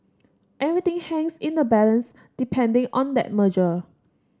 everything hangs in the balance depending on that merger